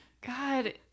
God